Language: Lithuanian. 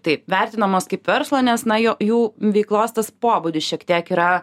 taip vertinamos kaip verslo nes na jo jų veiklos tas pobūdis šiek tiek yra